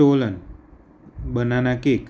stolen banana cake